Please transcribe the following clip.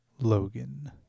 Logan